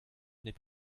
n’est